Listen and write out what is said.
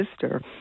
sister